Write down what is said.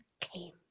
came